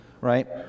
right